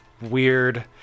weird